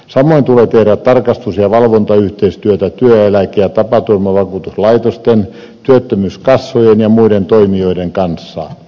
samoin tulee tehdä tarkastus ja valvontayhteistyötä työeläke ja tapaturmavakuutuslaitosten työttömyyskassojen ja muiden toimijoiden kanssa